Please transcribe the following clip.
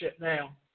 now